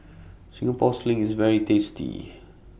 Singapore Sling IS very tasty